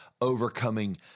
overcoming